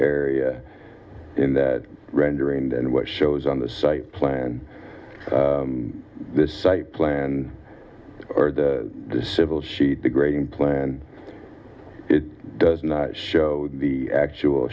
area in that rendering than what shows on the site plan this site plan or the civil sheet the grading plan does not show the actual